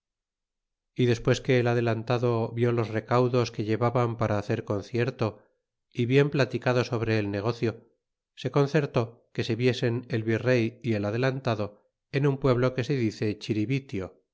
y despues que el adelantado vió los recaedos que llevaban para hacer concierto y bien platicado sobre el negocio se concertó que se viesen el virey y el adelantado en un pueblo que se dice